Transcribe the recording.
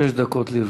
שש דקות לרשותך.